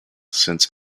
since